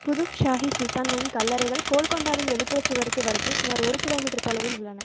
குதுப் ஷாஹி சுல்தான்களின் கல்லறைகள் கோல்கொண்டாவின் வெளிப்புறச் சுவருக்கு வடக்கே சுமார் ஒரு கிலோமீட்டர் தொலைவில் உள்ளன